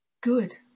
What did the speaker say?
Good